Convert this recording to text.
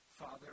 Father